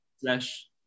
slash